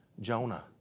Jonah